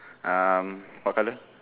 uh what colour